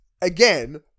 again